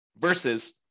versus